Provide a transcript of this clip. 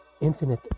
infinite